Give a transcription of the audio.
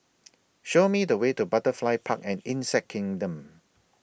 Show Me The Way to Butterfly Park and Insect Kingdom